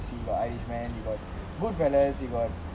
got irish men you got good fellows you got